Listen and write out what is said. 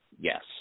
Yes